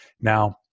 Now